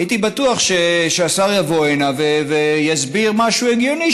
הייתי בטוח שהשר יבוא הנה ויסביר משהו הגיוני,